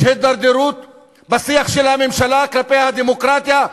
יש הידרדרות בשיח של הממשלה כלפי הדמוקרטיה,